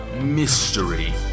Mystery